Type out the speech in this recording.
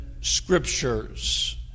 scriptures